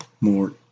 more